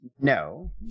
No